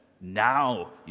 now